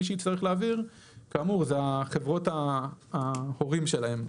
מי שיצטרך להעביר כאמור זה חברות האם שלהן.